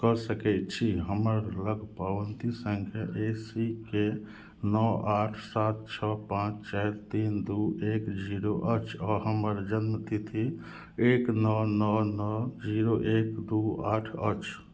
कऽ सकै छी हमरालग पावती सँख्या ए सी के नओ आठ सात छओ पाँच चारि तीन दुइ एक जीरो अछि आओर हमर जनमतिथि एक नओ नओ नओ नओ जीरो एक दुइ आठ अछि